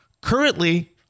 Currently